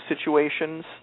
situations